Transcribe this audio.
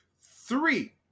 Three